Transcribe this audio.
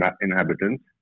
inhabitants